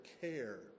care